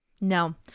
No